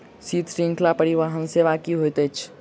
शीत श्रृंखला परिवहन सेवा की होइत अछि?